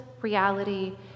reality